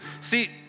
See